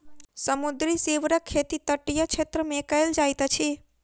समुद्री सीवरक खेती तटीय क्षेत्र मे कयल जाइत अछि